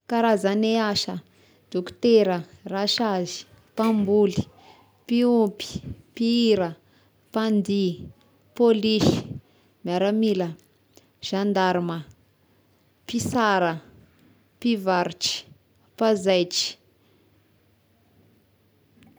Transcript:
Karazagne asa: dokotera, rasazy, mpamboly, mpiompy, mpihira, mpandihy, pôlisy, miaramila, zandarmà, mpisara, mpivarotry, mpanzaitry.